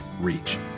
reach